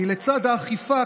כי לצד האכיפה,